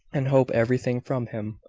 and hope everything from him.